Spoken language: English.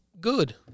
good